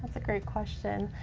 a great question.